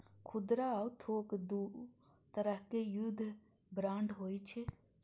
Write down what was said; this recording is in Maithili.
खुदरा आ थोक दू तरहक युद्ध बांड होइ छै